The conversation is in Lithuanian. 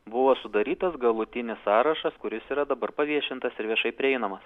buvo sudarytas galutinis sąrašas kuris yra dabar paviešintas ir viešai prieinamas